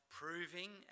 proving